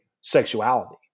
sexuality